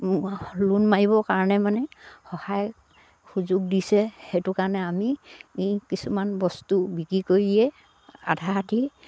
loan মাৰিবৰ কাৰণে মানে সহায় সুযোগ দিছে সেইটো কাৰণে আমি এই কিছুমান বস্তু বিক্ৰী কৰিয়ে আধা আধি